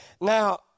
Now